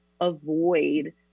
avoid